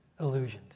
illusioned